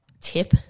tip